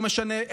לא משנה,